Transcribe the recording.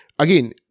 Again